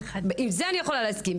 עם זה אני יכולה להסכים,